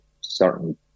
certain